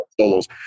solos